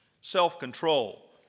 self-control